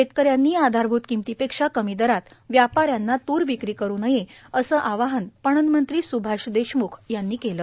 शेतकऱ्यांनी आधारभूत किंमतीपेक्षा कमी दरात व्यापाऱ्यांना तूर विक्री करु नये असे आवाहन पणन मंत्री स्भाष देशम्ख यांनी केले